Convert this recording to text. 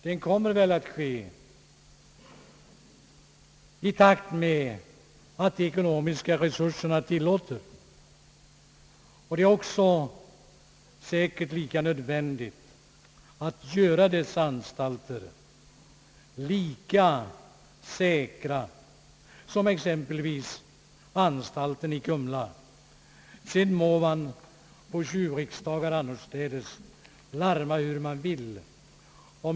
Den kommer väl även att ske i den takt som de ekonomiska resurserna tillåter. Det är säkert också nödvändigt att göra dessa anstalter lika säkra som exempelvis anstalten i Kumla. Sedan må man på tjuvriksdagar och annorstädes larma hur man vill.